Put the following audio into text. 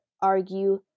argue